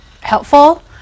helpful